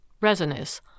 resinous